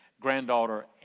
granddaughter